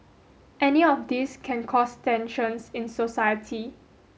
any of these can cause tensions in society